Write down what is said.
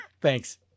Thanks